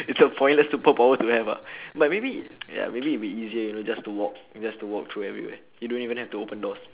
it's a pointless superpower to have ah but maybe ya maybe it'll be easier you know just to walk just to walk through everywhere you don't even have to open doors